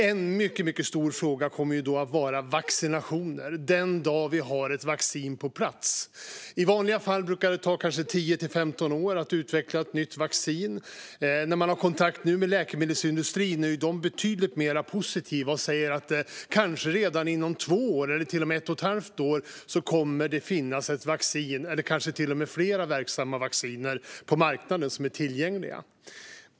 En mycket stor fråga kommer då att vara vaccinationer, den dagen vi har ett vaccin på plats. I vanliga fall brukar det ta 10-15 år att utveckla ett nytt vaccin. Läkemedelsindustrin är nu betydligt mer positiv och säger att det kanske redan inom två år eller till och med ett och ett halvt år kommer att finnas ett vaccin eller kanske till och med flera verksamma vacciner tillgängliga på marknaden.